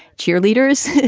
cheerleader's.